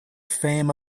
fame